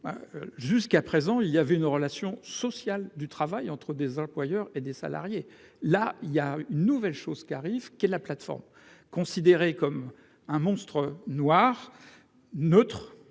Jusqu'à présent il y avait une relation sociale du travail entre des employeurs et des salariés, là il y a une nouvelle chose qui arrive qu'est la plateforme considéré comme un monstre noir neutre